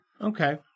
okay